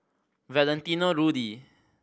Valentino Rudy